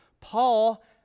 Paul